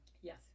Yes